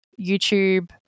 YouTube